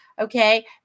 Okay